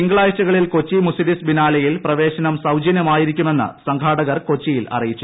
തിങ്കളാഴ്ചകളിൽ കൊച്ചി മുസിരീസ് ബിനാലെയിൽ പ്രവേശനം സൌജന്യമായിരിക്കുമെന്ന് സംഘാടകർ കൊച്ചിയിൽ അറിയിച്ചു